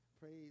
Praise